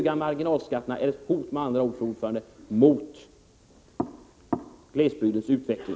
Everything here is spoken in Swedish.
De höga marginalskatterna är med andra ord ett hot mot glesbygdens utveckling.